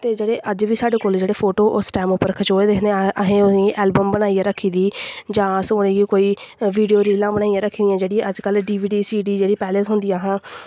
ते अज्ज बी सीढ़े कोल उस टैम उप्पर खचेओ दे हे असेें ऐलवम बनाइयै रक्खी दी जां होर अस इ'यां कोई वीडियो रीलां बनाइयै रक्खी दियां कन्नै D V D C D जेह्ड़ियां पैह्लें थ्होंदियां हां ओह्